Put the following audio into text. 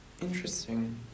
Interesting